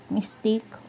mistake